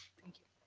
thank you.